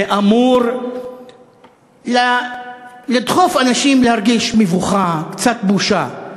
זה אמור לדחוף אנשים להרגיש מבוכה, קצת בושה,